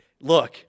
Look